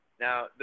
Now –